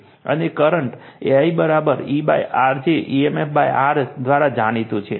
અને current I ER જે emfR દ્વારા જાણીતું છે